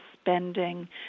spending